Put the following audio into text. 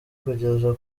kugeza